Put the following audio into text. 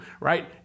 Right